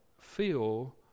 feel